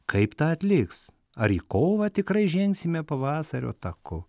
kaip tą atliks ar į kovą tikrai žengsime pavasario taku